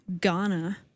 Ghana